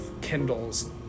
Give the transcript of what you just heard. kindles